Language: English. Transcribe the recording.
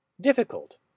Difficult